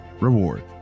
reward